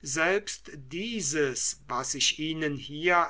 selbst dieses was ich ihnen